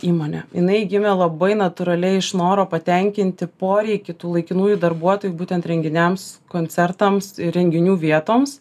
įmonė jinai gimė labai natūraliai iš noro patenkinti poreikį tų laikinųjų darbuotojų būtent renginiams koncertams ir renginių vietoms